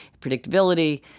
predictability